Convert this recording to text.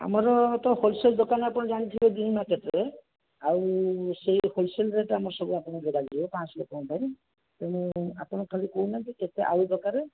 ଆମର ତ ହୋଲସେଲ୍ ଦୋକାନ ଆପଣ ଜାଣିଥିବେ ମାର୍କେଟ୍ରେ ଆଉ ସେଇ ହୋଲସେଲ୍ ରେଟ୍ ଆମର ସବୁ ଆପଣ ଯୋଗେଇ ଯିବେ ପାଞ୍ଚଶହ ଲୋକଙ୍କ ପାଇଁ ତେଣୁ ଆପଣ ଖାଲି କୁହନାହାନ୍ତି କେତେ ଆଳୁ ଦରକାର